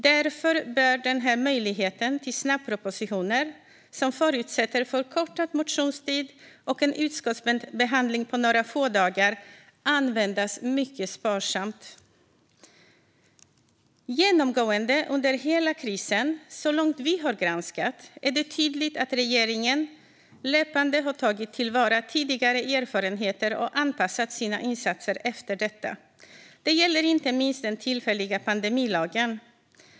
Därför bör möjligheten till snabbpropositioner, som förutsätter förkortad motionstid och en utskottsbehandling på några få dagar, användas mycket sparsamt. Genomgående under hela krisen, så långt vi har granskat, är det tydligt att regeringen löpande har tagit till vara tidigare erfarenheter och anpassat sina insatser efter detta. Det gäller inte minst den tillfälliga pandemilagen.